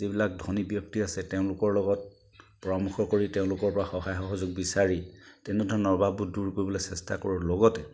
যিবিলাক ধনী ব্যক্তি আছে তেওঁলোকৰ লগত পৰামৰ্শ কৰি তেওঁলোকৰ পৰা সহায় সহযোগ বিচাৰি তেনেধৰণৰ অভাৱবোৰ দূৰ কৰিবলৈ চেষ্টা কৰোঁ লগতে